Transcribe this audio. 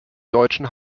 deutschen